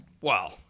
Wow